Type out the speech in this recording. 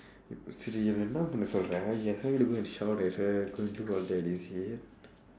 சரி நான் இன்னொரு தடவ சொல்லுறேன்:sari naan innoru thadava sollureen you want me to go and shout at her and do all that is it